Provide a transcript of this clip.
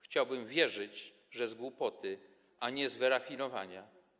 Chciałbym wierzyć, że z głupoty, a nie z wyrafinowania.